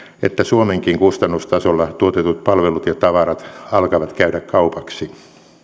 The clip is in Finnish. että suomenkin kustannustasolla tuotetut palvelut ja tavarat alkavat käydä kaupaksi